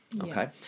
Okay